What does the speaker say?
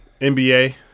NBA